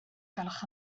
gwelwch